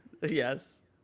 Yes